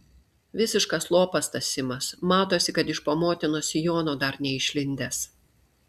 visiškas lopas tas simas matosi kad iš po motinos sijono dar neišlindęs